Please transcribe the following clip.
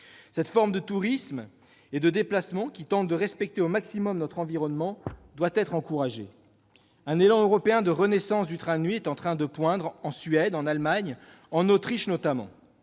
Cette forme de tourisme et de déplacement, qui tente de respecter au maximum notre environnement, doit être encouragée. Un élan européen de renaissance du train de nuit commence à poindre, en Suède, en Allemagne, en Autriche notamment.